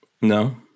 no